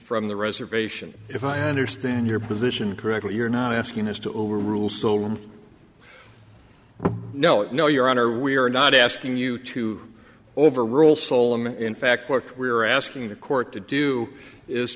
from the reservation if i understand your position correctly you're not asking us to overrule so room no no your honor we are not asking you to overrule solem in fact what we're asking the court to do is